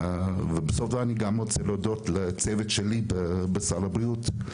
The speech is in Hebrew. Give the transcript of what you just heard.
אני גם רוצה להודות לצוות שלי בסל הבריאות.